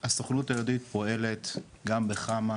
הסוכנות היהודית פועלת גם בחמה,